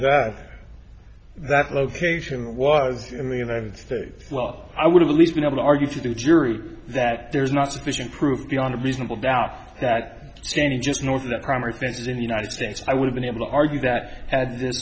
states that location was in the united states well i would have at least been able to argue to the jury that there's not sufficient proof beyond a reasonable doubt that standing just north of the crime or offenses in the united states i would have been able to argue that had th